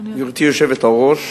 גברתי היושבת-ראש,